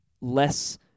less